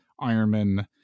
Ironman